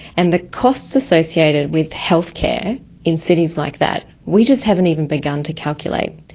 and the costs associated with healthcare in cities like that, we just haven't even begun to calculate.